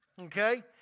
Okay